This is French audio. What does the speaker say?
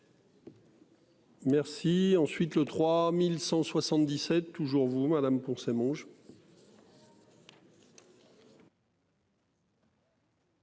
Merci. Ensuite le 3177 toujours vous Madame Poncet mange.